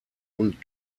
und